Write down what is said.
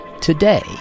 today